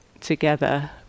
together